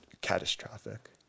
catastrophic